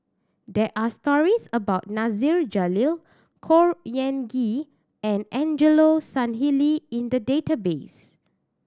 there are stories about Nasir Jalil Khor Ean Ghee and Angelo Sanelli in the database